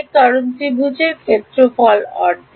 কারণ ত্রিভুজের ক্ষেত্রফল অর্ধেক